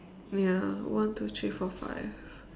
ya one two three four five